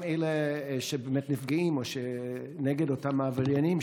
אלה שבאמת נפגעים או נגד אותם עבריינים,